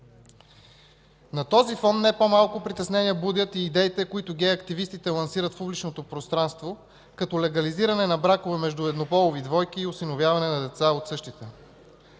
На този фон не по-малко притеснения будят и идеите, които гей активистите лансират в публичното пространство като легализиране на бракове между еднополови двойки и осиновяване на деца от същите.